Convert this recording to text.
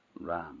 ram